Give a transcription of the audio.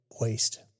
waste